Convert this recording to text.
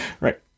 Right